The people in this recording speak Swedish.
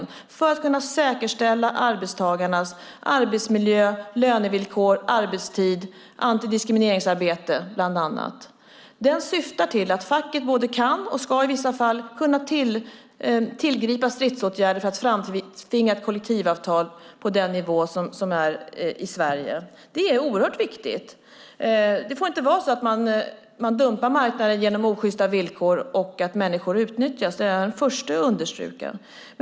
Vi har gjort det för att kunna säkerställa arbetstagarnas arbetsmiljö, lönevillkor, arbetstid, antidiskrimineringsarbete med mera. Lagen syftar till att facket både kan och, i vissa fall, ska kunna tillgripa stridsåtgärder för att framtvinga ett kollektivavtal på den nivå som råder i Sverige. Det är oerhört viktigt. Man får inte dumpa marknader genom osjysta villkor och genom att människor utnyttjas; det är jag den första att understryka.